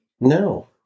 no